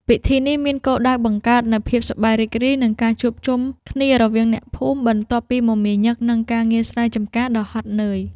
ពិធីនេះមានគោលដៅបង្កើតនូវភាពសប្បាយរីករាយ និងការជួបជុំគ្នារវាងអ្នកភូមិបន្ទាប់ពីមមាញឹកនឹងការងារស្រែចម្ការដ៏ហត់នឿយ។